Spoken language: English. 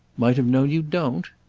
might have known you don't?